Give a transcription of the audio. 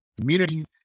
communities